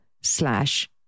slash